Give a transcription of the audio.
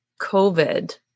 covid